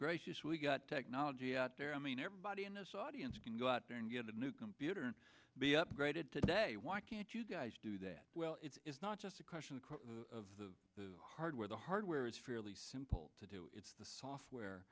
gracious we got technology out there i mean everybody in this audience can go out there and get a new computer and be upgraded today why can't you guys do that well it's not just a question of the hardware the hardware is fairly simple to do it's the software